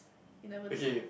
you never know